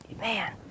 man